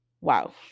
Wow